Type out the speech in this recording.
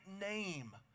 name